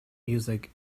music